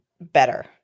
better